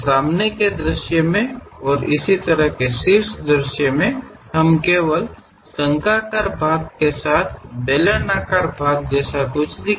ಆದ್ದರಿಂದ ಮುಂಭಾಗದ ನೋಟದಿಂದ ಮೇಲಿನ ನೋಟದಿಂದ ಶಂಕು ಆಕಾರದ ಭಾಗವನ್ನು ಹೊಂದಿರುವ ಸಿಲಿಂಡರಾಕಾರದ ಭಾಗಗಳನ್ನು ನಾವು ನೋಡುತ್ತೇವೆ